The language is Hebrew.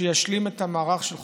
שישלים את המערך של חוקי-היסוד.